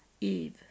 Eve